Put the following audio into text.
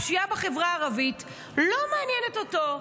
הפשיעה בחברה הערבית לא מעניינת אותו,